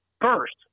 first